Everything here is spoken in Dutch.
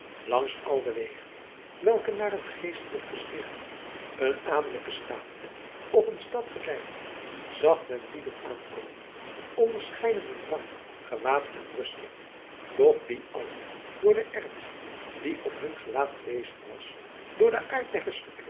langs al de wegen welke naar een geestelijk gesticht een adellijke state of een stad geleidden zag men lieden aankomen onderscheiden in rang gewaad en uitrusting doch die allen door den ernst die op hun gelaat te lezen was door den aard